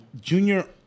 Junior